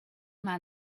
man